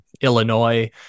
Illinois